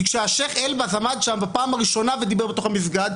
כי כשהשייח' אל-באז עמד שם בפעם הראשונה ודיבר בתוך המסגד,